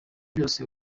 byose